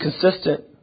consistent